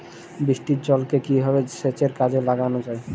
বৃষ্টির জলকে কিভাবে সেচের কাজে লাগানো যায়?